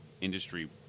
industry